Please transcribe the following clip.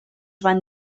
van